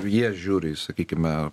jie žiūri į sakykime